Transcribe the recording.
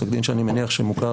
פסק דין שאני מניח שמוכר,